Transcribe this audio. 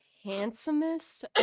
Handsomest